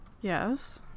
Yes